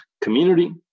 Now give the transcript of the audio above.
community